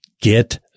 Get